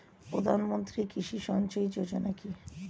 প্রধানমন্ত্রী কৃষি সিঞ্চয়ী যোজনা কি?